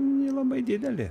jinai labai didelė